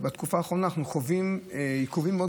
בתקופה האחרונה אנחנו חווים עיכובים מאוד